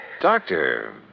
Doctor